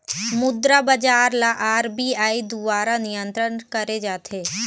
मुद्रा बजार ल आर.बी.आई दुवारा नियंत्रित करे जाथे